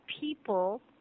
people